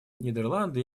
нидерланды